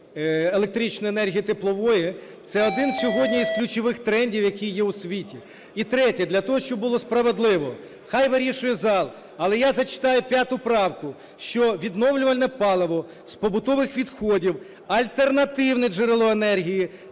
електричної енергії теплової, це один сьогодні із ключових трендів, який є у світі. І третє. Для того, щоб було справедливо, хай вирішує зал. Але я зачитаю 5 правку. Що "відновлювальне паливо з побутових відходів – альтернативне джерело енергії,